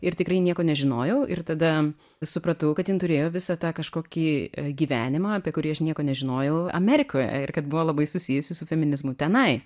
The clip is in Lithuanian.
ir tikrai nieko nežinojau ir tada supratau kad jin turėjo visą tą kažkokį gyvenimą apie kurį aš nieko nežinojau amerikoje ir kad buvo labai susijusi su feminizmu tenai